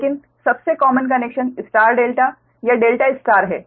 लेकिन सबसे common connection star delta या डेल्टा स्टार है